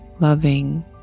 loving